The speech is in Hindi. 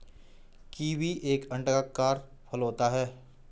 कीवी एक अंडाकार फल होता है